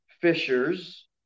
fishers